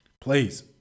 Please